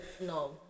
no